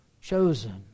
chosen